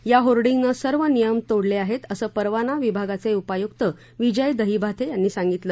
या होर्डिंगने सर्व नियम तोडले आहेत असं परवाना विभागाचे उपयुक्त विजय दहीमाते यांनी सांगितलं